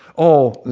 oh,